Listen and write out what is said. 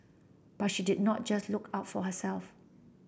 but she did not just look out for herself